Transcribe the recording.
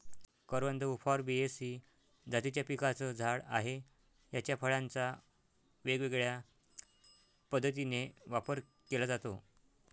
करवंद उफॉर्बियेसी जातीच्या पिकाचं झाड आहे, याच्या फळांचा वेगवेगळ्या पद्धतीने वापर केला जातो